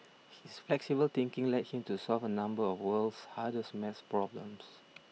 his flexible thinking led him to solve a number of world's hardest math problems